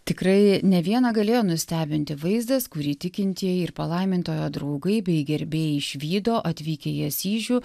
tikrai ne vieną galėjo nustebinti vaizdas kurį tikintieji ir palaimintojo draugai bei gerbėjai išvydo atvykę į asyžių